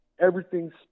Everything's